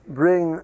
bring